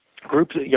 Groups